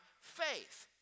faith